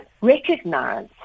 recognize